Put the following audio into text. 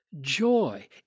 joy